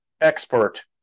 expert